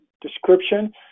description